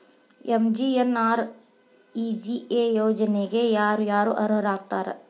MGNREGA ಯೋಜನೆಗೆ ಯಾರ ಯಾರು ಅರ್ಹರು ಆಗ್ತಾರ?